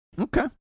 Okay